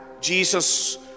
Jesus